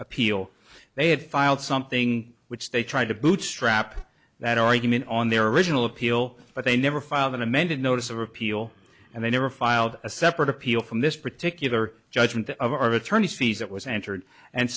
appeal they have filed something which they tried to bootstrap that argument on their original appeal but they never filed an amended notice of appeal and they never filed a separate appeal from this particular judgment of our attorneys fees that was entered and